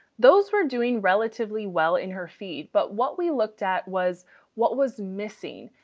those were doing relatively well in her feed. but what we looked at was what was missing,